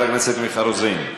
חברת הכנסת תמר זנדברג,